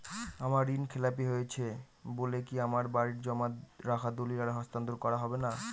আমার ঋণ খেলাপি হয়েছে বলে কি আমার বাড়ির জমা রাখা দলিল আর হস্তান্তর করা হবে না?